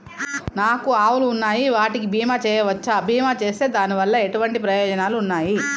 నాకు ఆవులు ఉన్నాయి వాటికి బీమా చెయ్యవచ్చా? బీమా చేస్తే దాని వల్ల ఎటువంటి ప్రయోజనాలు ఉన్నాయి?